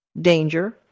danger